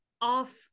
off